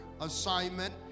assignment